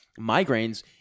migraines